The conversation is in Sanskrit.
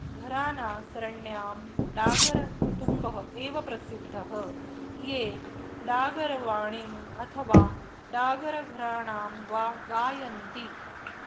घराना सरण्यां डागरकुटुम्बः एव प्रसिद्धः ये डागरवाणीम् अथवा डागरघराणां वा गायन्ति